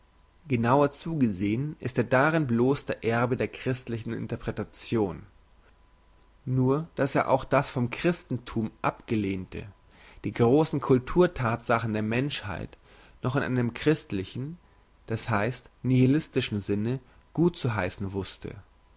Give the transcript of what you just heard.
genauer zugesehn ist er darin bloss der erbe der christlichen interpretation nur dass er auch das vom christenthum abgelehnte die grossen cultur thatsachen der menschheit noch in einem christlichen das heisst nihilistischen sinne gut zu heissen wusste